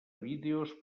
vídeos